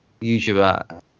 YouTuber